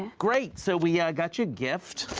great! so we got you a gift,